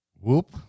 Whoop